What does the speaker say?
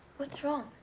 what's wrong?